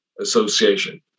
association